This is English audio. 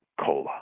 cola